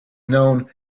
known